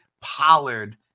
Pollard